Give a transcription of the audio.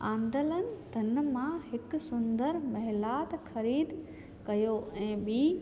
आंदलनि धन मां हिकु सुंदर महेलात ख़रीदु कयो ऐं बि